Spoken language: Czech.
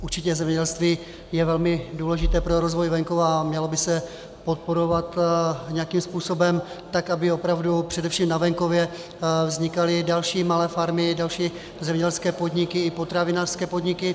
Určitě zemědělství je velmi důležité pro rozvoj venkova a mělo by se podporovat nějakým způsobem tak, aby opravdu především na venkově vznikaly další malé farmy, další zemědělské podniky i potravinářské podniky.